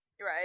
right